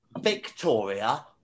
Victoria